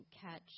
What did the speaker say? catch